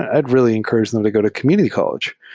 i'd really encourage them to go to community college.